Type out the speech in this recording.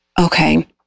Okay